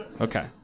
Okay